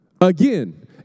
Again